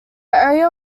area